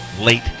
late